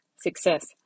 success